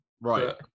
Right